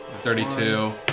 Thirty-two